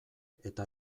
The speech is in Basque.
eta